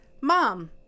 Mom